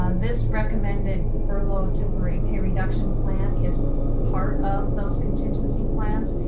um this recommended furlough temporary pay reduction plan is part of those contingency plans.